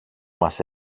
μας